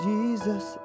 Jesus